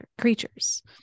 creatures